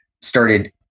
started